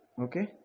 Okay